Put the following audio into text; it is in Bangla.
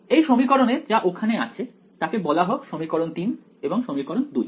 এই সমীকরণে যা ওখানে আছে তাকে বলা হোক সমীকরণ 3 এবং সমিকরণ 2